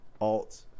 alt